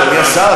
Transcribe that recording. אדוני השר,